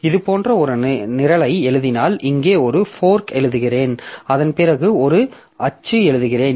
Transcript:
இது போன்ற ஒரு நிரலை எழுதினால் இங்கே ஒரு ஃபோர்க் எழுதுகிறேன் அதன் பிறகு ஒரு அச்சு எழுதுகிறேன்